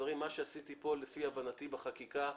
מה שעשיתי כאן לפי הבנתי בחקיקה,